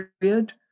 period